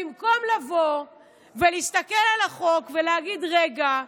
במקום לבוא ולהסתכל על החוק ולהגיד: רגע,